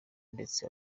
ndetse